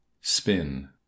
Spin